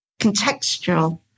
contextual